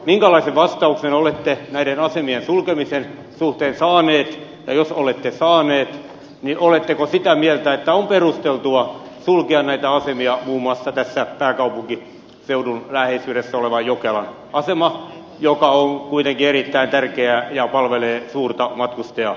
minkälaisen vastauksen olette näiden asemien sulkemisen suhteen saanut ja jos olette saanut myöntävän vastauksen oletteko sitä mieltä että on perusteltua sulkea näitä asemia muun muassa pääkaupunkiseudun läheisyydessä olevan jokelan aseman joka on kuitenkin erittäin tärkeä ja palvelee suurta matkustajajoukkoa